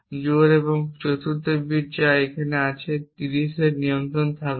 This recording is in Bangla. জোড় এবং 4র্থ বিট যা এখানে আছে 30 এর নিয়ন্ত্রণ থাকবে